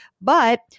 But-